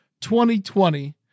2020